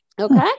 Okay